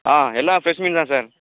ஆ எல்லாம் ஃப்ரெஸ் மீன் தான் சார்